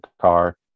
car